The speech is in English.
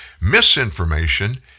Misinformation